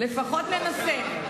לפחות ננסה.